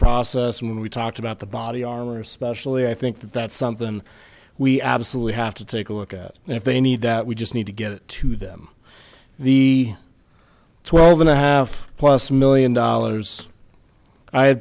process and we talked about the body armor especially i think that that's something we absolutely have to take a look at and if they need that we just need to get it to them the twelve and a half plus million dollars i